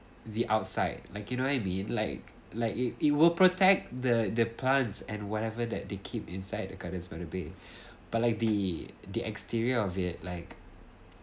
the outside like you know I mean like like it it will protect the the plants and whatever that they keep inside Gardens by the Bay but like the the exterior of it like